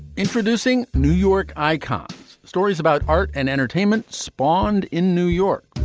introducing new york icons stories about art and entertainment spawned in new york.